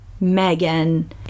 Megan